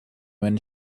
when